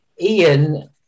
Ian